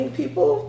people